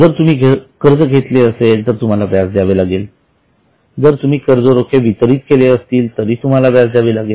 जर तुम्ही कर्ज घेतले असेल तर तुम्हाला व्याज द्यावे लागेल जर तुम्ही कर्ज रोखे वितरित केले असतील तरी तुम्हाला व्याज द्यावे लागेल